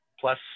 plus